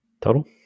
Total